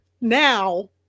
now